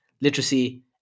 literacy